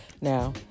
Now